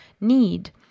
need